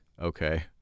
okay